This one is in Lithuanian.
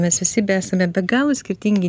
mes visi besame be galo skirtingi